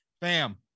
Bam